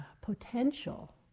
potential